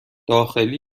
داخلی